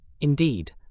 Indeed